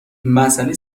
مسئله